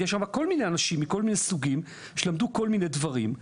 יש שם כל מיני אנשים מכל מיני סוגים שלמדו כל מיני דברים.